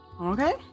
Okay